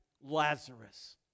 Lazarus